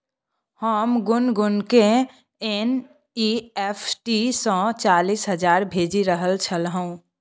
हम गुनगुनकेँ एन.ई.एफ.टी सँ चालीस हजार भेजि रहल छलहुँ